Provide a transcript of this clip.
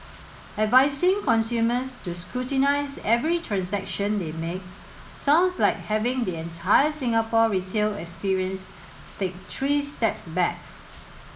advising consumers to scrutinise every transaction they make sounds like having the entire Singapore retail experience take three steps back